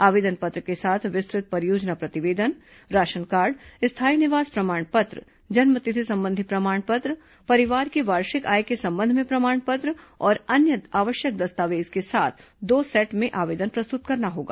आवेदन पत्र के साथ विस्तृत परियोजना प्रतिवेदन राशन कार्ड स्थायी निवास प्रमाण पत्र जन्मतिथि संबंधी प्रमाण पत्र परिवार की वार्षिक आय के संबंध में प्रमाण पत्र और अन्य आवश्यक दस्तावेज के साथ दो सेट में आवेदन प्रस्तुत करना होगा